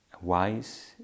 wise